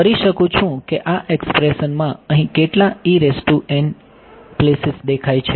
હું કરી શકું છું કે આ એક્સપ્રેશનમાં અહીં કેટલા પ્લેસીસ દેખાય છે